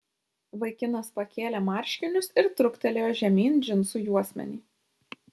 vaikinas pakėlė marškinius ir truktelėjo žemyn džinsų juosmenį